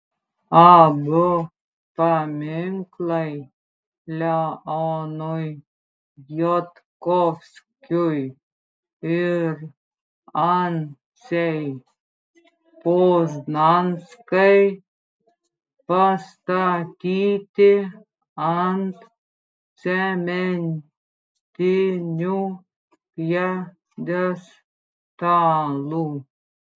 abu paminklai leonui jodkovskiui ir anciai poznanskai pastatyti ant cementinių pjedestalų